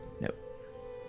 nope